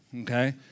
okay